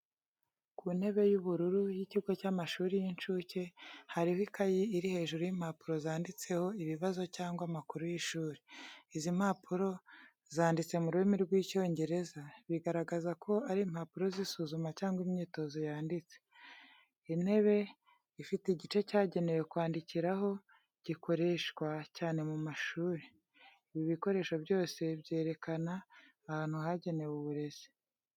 Ku ntebe y’ubururu y’ikigo cy’amashuri y’incuke, hariho ikaye iri hejuru y’impapuro zanditseho ibibazo cyangwa amakuru y’ishuri. Izi mpapuro zanditse mu rurimi rw’Icyongereza, bigaragaza ko ari impapuro z’isuzuma cyangwa imyitozo yanditse. Intebe ifite igice cyagenewe kwandikiraho gikoreshwa cyane mu mashuri. Ibi bikoresho byose byerekana ahantu hagenewe uburezi.